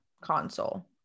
console